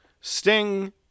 Sting